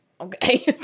Okay